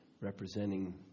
representing